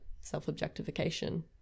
self-objectification